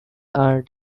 are